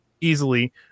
easily